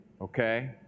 okay